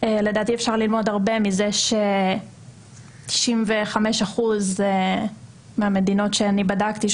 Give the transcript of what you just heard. לדעתי אפשר ללמוד הרבה מכך ש-95 אחוזים מהמדינות שאני בדקתי,